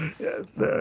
Yes